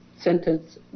sentence